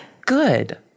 good